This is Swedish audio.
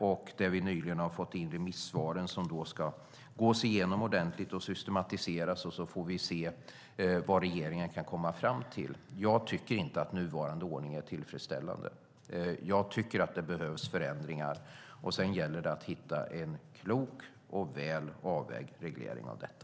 Vi har nyligen fått in remissvaren som ska gås igenom ordentligt och systematiseras, och sedan får vi se vad regeringen kan komma fram till. Jag tycker inte att nuvarande ordning är tillfredsställande. Jag tycker att det behövs förändringar. Sedan gäller det att hitta en klok och väl avvägd reglering av detta.